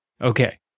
Okay